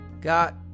got